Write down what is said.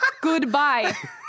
Goodbye